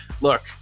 Look